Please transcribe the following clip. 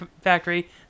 factory